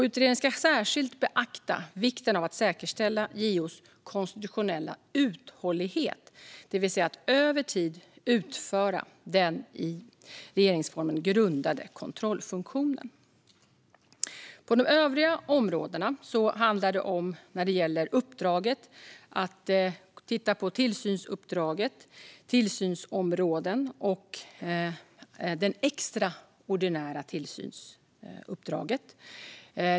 Utredningen ska särskilt beakta vikten av att säkerställa JO:s konstitutionella uthållighet, det vill säga att över tid utföra den i regeringsformen grundade kontrollfunktionen. De övriga områdena gäller först uppdraget att titta på tillsynsuppdraget, tillsynsområden och det extraordinära tillsynsuppdraget.